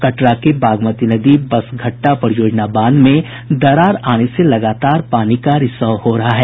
कटरा के बागमती नदी बसघट्टा परियोजना बांध में दरार आने से लगातार पानी का रिसाव हो रहा है